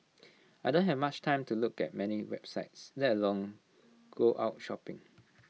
I don't have much time to look at many websites let alone go out shopping